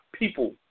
People